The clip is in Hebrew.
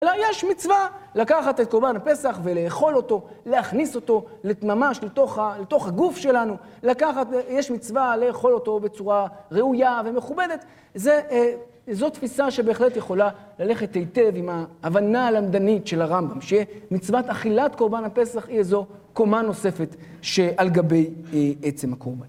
אלא יש מצווה, לקחת את קורבן הפסח ולאכול אותו, להכניס אותו ממש לתוך הגוף שלנו. יש מצווה לאכול אותו בצורה ראויה ומכובדת. זו תפיסה שבהחלט יכולה ללכת היטב עם ההבנה הלמדנית של הרמב״ם. שמצוות אכילת קורבן הפסח היא איזו קומה נוספת שעל גבי עצם הקורבן.